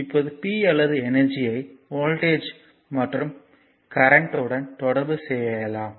இப்போது p அல்லது energy ஐ வோல்ட்டேஜ் மற்றும் கரண்ட்யூடன் தொடர்பு செய்யலாம்